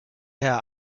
herrn